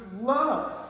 love